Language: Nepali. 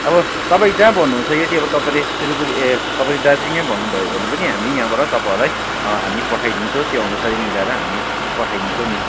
अब तपाईँ जहाँ भन्नुहुन्छ यदि तपाईँले सिलगढी ए तपाईँ दार्जिलिङै भन्नुभयो भने पनि हामी यहाँबाट तपाईँहरूलाई हामी पठाइदिन्छौँ त्यो अनुसारले मिलाएर हामी पठाइदिन्छौँ नि